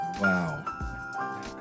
Wow